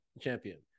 champion